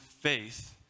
faith